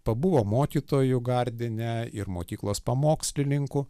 pabuvo mokytoju gardine ir mokyklos pamokslininku